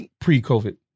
pre-COVID